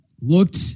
looked